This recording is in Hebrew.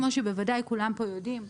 כמו שכולם בוודאי יודעים,